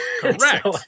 Correct